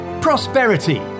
prosperity